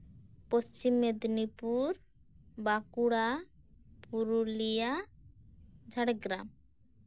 Paschim Medinipur Bankura Purulia Jhargram